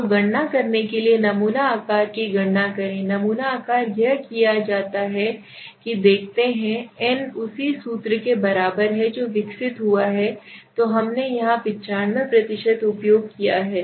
तो गणना करने के लिए नमूना आकार की गणना करें नमूना आकार यह किया जाता है कि देखते हैं n उसी सूत्र के बराबर है जो विकसित हुआ है तो हमने यहाँ 95 उपयोग किया है